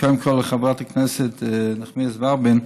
קודם כול, לחברת הכנסת נחמיאס ורבין,